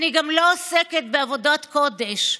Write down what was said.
אני גם לא עוסקת בעבודת קודש,